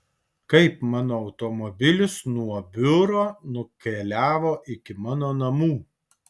kaip mano automobilis nuo biuro nukeliavo iki mano namų